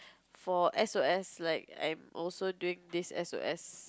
for S_O_S like I'm also doing this S_O_S